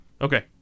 Okay